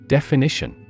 Definition